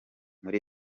muri